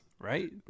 right